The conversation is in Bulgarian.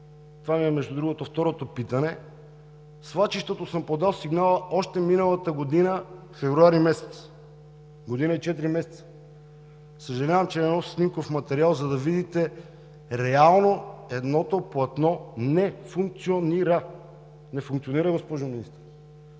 това ми е между другото второто питане, съм подал сигнал още миналата година февруари месец – година и четири месеца. Съжалявам, че не нося снимков материал, за да видите, реално едното платно не функционира! Не функционира, госпожо Министър.